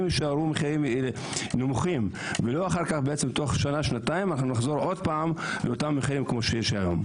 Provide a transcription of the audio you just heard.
יישארו נמוכים ולא אחר כך תוך שנה שנתיים נחזור למחירים שיש היום.